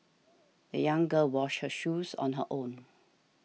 the young girl washed her shoes on her own